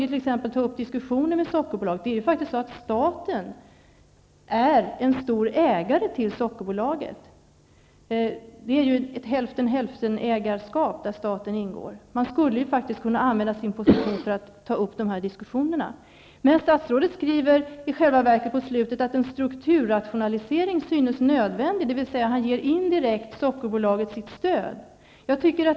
Staten kunde, som stor ägare i Sockerbolaget -- det är ett hälften--hälftenägarskap -- ta upp en sådan här diskussion. Statsrådet skriver i slutet av svaret att ''en strukturrationalisering inom sockerindustrin synes behövlig''. Han ger alltså indirekt Sockerbolaget sitt stöd.